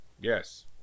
Yes